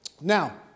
Now